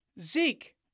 Zeke